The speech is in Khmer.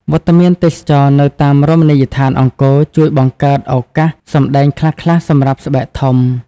វត្តមានទេសចរណ៍ នៅតាមរមណីយដ្ឋានអង្គរជួយបង្កើតឱកាសសម្តែងខ្លះៗសម្រាប់ស្បែកធំ។